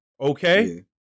Okay